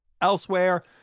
Elsewhere